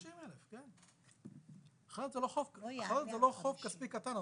50,000, כן, אחרת זה לא חוב כספי קטן.